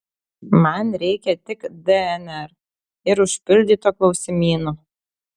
man reikia tik dnr ir užpildyto klausimyno